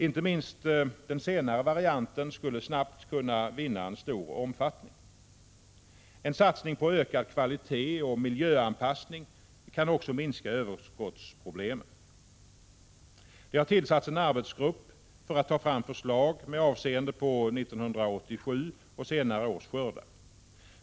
Inte minst den senare varianten skulle snabbt kunna vinna stor omfattning. En satsning på ökad kvalitet och miljöanpassning kan också minska överskottsproblemen. Det har tillsatts en arbetsgrupp för att ta fram förslag med avseende på 1987 års och senare års skördar.